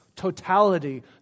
totality